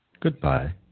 goodbye